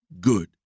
good